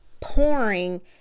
pouring